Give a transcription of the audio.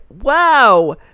Wow